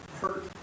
hurt